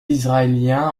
israéliens